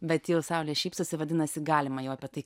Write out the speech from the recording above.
bet jau saulės šypsosi vadinasi galima jau apie tai